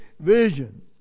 vision